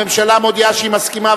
הממשלה מודיעה שהיא מסכימה,